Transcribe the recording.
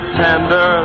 tender